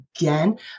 again